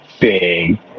big